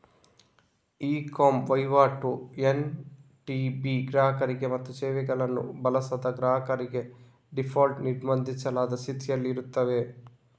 E com ವಹಿವಾಟು NTB ಗ್ರಾಹಕರಿಗೆ ಮತ್ತು ಸೇವೆಗಳನ್ನು ಬಳಸದ ಗ್ರಾಹಕರಿಗೆ ಡೀಫಾಲ್ಟ್ ನಿರ್ಬಂಧಿಸಲಾದ ಸ್ಥಿತಿಯಲ್ಲಿರುತ್ತದೆ